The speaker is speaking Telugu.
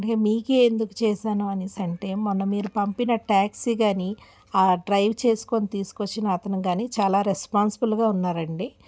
అందుకే మీకే ఎందుకు చేసాను అనేసి అంటే మొన్న మీరు పంపిన ట్యాక్సీ కానీ ఆ డ్రైవ్ చేసుకొని తీసుకొచ్చిన అతను కానీ చాలా రెస్పాన్సిబుల్గా ఉన్నారు